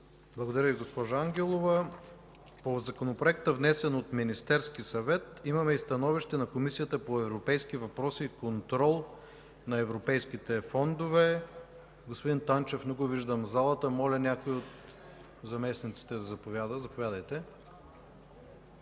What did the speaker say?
Благодаря Ви, госпожо Ангелова. По Законопроекта, внесен от Министерския съвет, имаме и становище на Комисията по европейските въпроси и контрол на европейските фондове. Господин Танчев не го виждам в залата. Моля някой от заместниците да заповяда. Имате